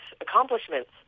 accomplishments